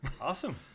Awesome